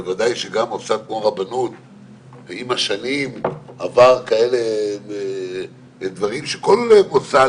בוודאי שגם מוסד כמו רבנות עם השנים עבר דברים שכל מוסד